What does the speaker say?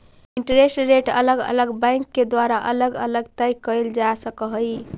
interest rate अलग अलग bank के द्वारा अलग अलग तय कईल जा सकऽ हई